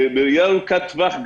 בראייה ארוכת טווח,